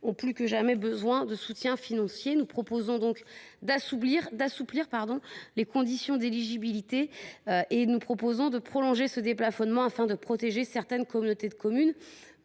ont plus que jamais besoin de soutien financier. Nous proposons donc d’assouplir les conditions d’éligibilité et de prolonger ce déplafonnement afin de protéger certaines communautés de communes.